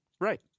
Right